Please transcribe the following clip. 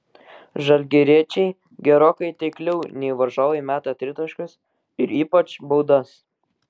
žalgiriečiai gerokai taikliau nei varžovai meta tritaškius ir ypač baudas